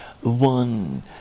one